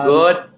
good